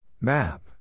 Map